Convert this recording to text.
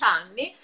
anni